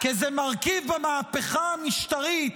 כי זה מרכיב במהפכה המשטרית,